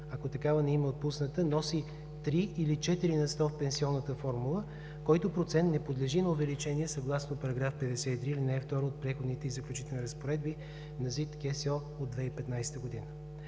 ако такава не им е отпусната, носи 3 или 4 на сто в пенсионната формула, който процент не подлежи на увеличение съгласно § 53, ал. 2 от Преходните и заключителни разпоредби на Закона